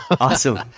Awesome